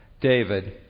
David